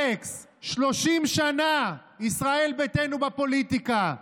אלכס, 30 שנה ישראל ביתנו בפוליטיקה,